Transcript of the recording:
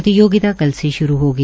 प्रतियोगिता कल से श्रू होगी